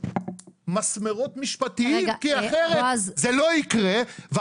מסמרות משפטיים כי אחרת זה לא יקרה,